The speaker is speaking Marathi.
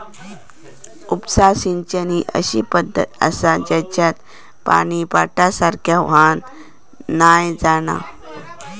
उपसा सिंचन ही अशी पद्धत आसा जेच्यात पानी पाटासारख्या व्हावान नाय जाणा